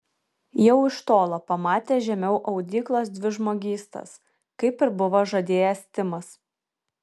jau iš tolo pamatė žemiau audyklos dvi žmogystas kaip ir buvo žadėjęs timas